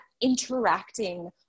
interacting